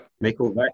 Michael